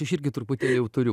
aš irgi truputėlį jau turiu